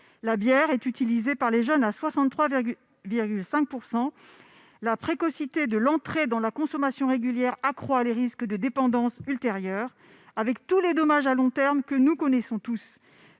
La bière est consommée par les jeunes à 63,5 %. La précocité de l'entrée dans la consommation régulière accroît les risques de dépendance ultérieure, avec tous les dommages à long terme que nous connaissons.